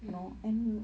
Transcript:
mm